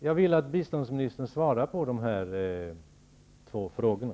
Jag vill att biståndsministern svarar på de här två frågorna.